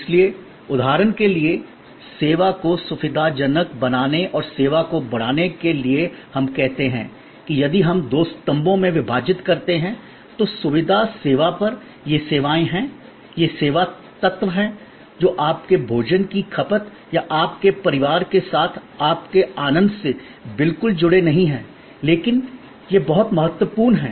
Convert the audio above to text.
इसलिए उदाहरण के लिए सेवा को सुविधाजनक बनाने और सेवाओं को बढ़ाने के लिए हम कहते हैं कि यदि हम दो स्तंभों में विभाजित करते हैं तो सुविधा सेवा पर ये सेवाएं हैं ये सेवा तत्व हैं जो आपके भोजन की खपत या आपके परिवार के साथ आपके आनंद से बिल्कुल जुड़े नहीं हैं लेकिन ये बहुत महत्वपूर्ण हैं